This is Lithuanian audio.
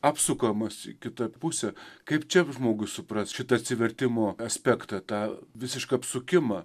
apsukamas į kitą pusę kaip čia žmogui suprast šitą atsivertimo aspektą tą visišką apsukimą